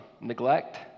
neglect